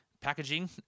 packaging